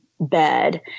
Bed